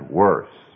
worse